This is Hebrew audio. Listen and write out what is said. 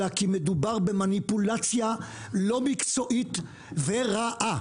אלא כי מדובר במניפולציה לא מקצועית ורעה.